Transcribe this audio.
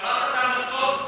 קראת את ההמלצות?